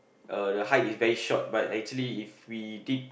uh the height is very short but actually if we did